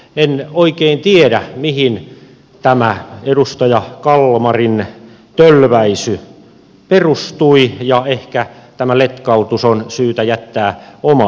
en oikein tiedä mihin tämä edustaja kalmarin tölväisy perustui ja ehkä tämä letkautus on syytä jättää omaan arvoonsa